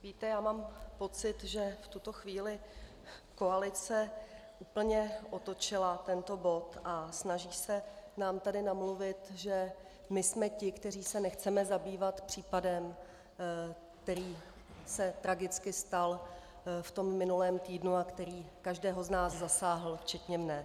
Víte, já mám pocit, že v tuto chvíli koalice úplně otočila tento bod a snaží se nám tady namluvit, že my jsme ti, kteří se nechceme zabývat případem, který se tragicky stal v tom minulém týdnu a který každého z nás zasáhl včetně mne.